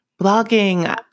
Blogging